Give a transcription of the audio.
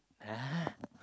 !huh!